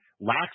lacks